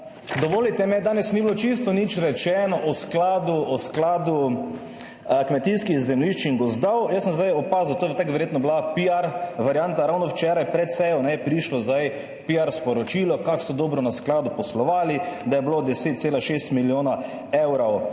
Dovolite mi, danes ni bilo čisto nič rečeno o Skladu kmetijskih zemljišč in gozdov. Jaz sem zdaj opazil, to je tako verjetno bila piar varianta, ravno včeraj pred sejo je prišlo zdaj piar sporočilo, kako so dobro na skladu poslovali, da je bilo 10,6 milijonov evrov